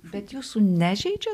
bet jūsų nežeidžia